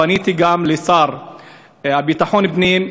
פניתי גם לשר לביטחון הפנים,